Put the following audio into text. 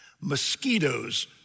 Mosquitoes